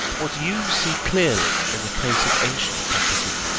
what you see clearly in the case of ancient property,